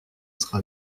sera